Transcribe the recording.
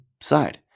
side